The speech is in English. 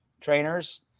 trainers